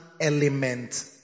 element